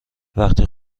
وقتی